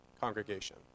congregation